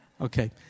okay